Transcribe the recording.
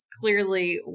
Clearly